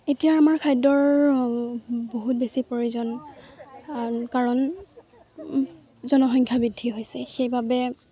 এতিয়া আমাৰ খাদ্যৰ বহুত বেছি প্ৰয়োজন কাৰণ জনসংখ্যা বৃদ্ধি হৈছে সেইবাবে